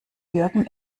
jürgen